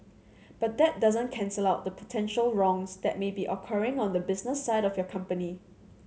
but that doesn't cancel out the potential wrongs that may be occurring on the business side of your company